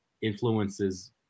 influences